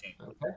Okay